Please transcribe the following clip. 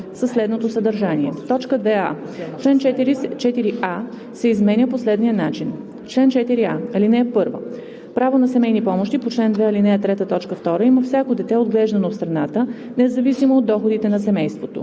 следното съдържание: „2а. Член 4а се изменя по следния начин: „Чл. 4а. (1) Право на семейни помощи по чл. 2, ал. 3, т. 2 има всяко дете, отглеждано в страната, независимо от доходите на семейството.